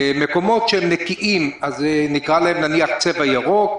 מקומות שהם נקיים אז נקרא להם נניח "צבע ירוק".